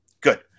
Good